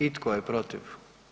I tko je protiv?